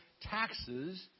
taxes